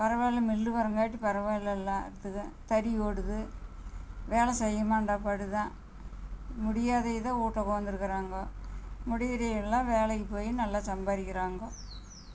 பரவாயில்ல மில்லு வரங்காட்டி பரவாயில்ல எல்லாத்துக்கும் தறி ஓடுது வேலை செய்யுமா அந்த படுதா முடியாதே ஏதோ ஒருத்தங்க உட்காந்துருக்குறாங்க முடியிலலாம் வேலைக்கு போய் நல்லா சம்பாதிக்கிறாங்கோ